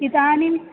इदानीम्